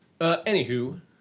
Anywho